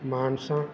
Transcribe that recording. Mansa